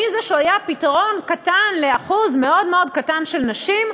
שהיה פתרון קטן לאחוז מאוד מאוד קטן של נשים,